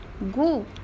Go